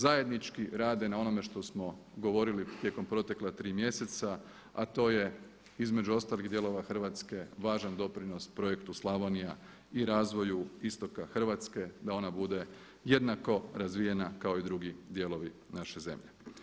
Zajednički rade na onome što smo govorili tijekom protekla tri mjeseca a to je između ostalih dijelova Hrvatske važan doprinos projektu Slavonija i razvoju istoka Hrvatske da ona bude jednako razvijena kao i drugi dijelovi naše zemlje.